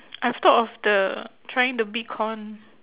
I've thought of the trying the bitcoin